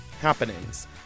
happenings